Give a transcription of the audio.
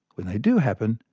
when they do happen,